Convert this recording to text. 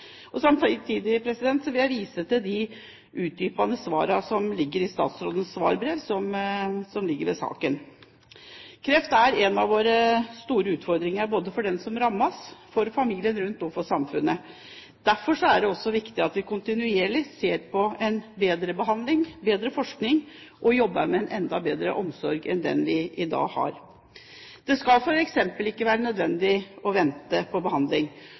behandlingen. Samtidig vil jeg vise til de utdypende svarene som ligger i statsrådens svarbrev, som er vedlagt innstillingen. Kreft er en av våre store utfordringer, både for den som rammes, for familien rundt og for samfunnet. Derfor er det så viktig at vi kontinuerlig ser på muligheten til å få en bedre behandling, at forskningen blir bedre, og at vi jobber for å få til en enda bedre omsorg enn den vi har i dag. Det skal f.eks. ikke være nødvendig å vente på behandling.